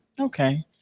Okay